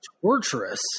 Torturous